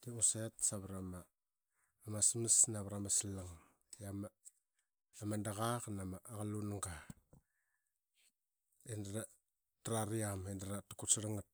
De ngu set savra ma asmas navra maslang, i ama adaqa qan ama aqalunga. I daratrariam i dara kusari rangat